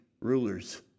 rulers